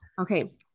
Okay